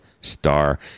Star